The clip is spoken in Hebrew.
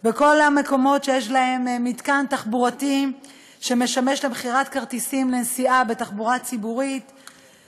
בכל המקומות שיש בהם מתקן שמשמש למכירת כרטיסים לנסיעה בתחבורה ציבורית,